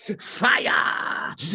fire